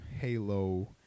Halo